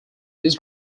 this